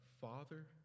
Father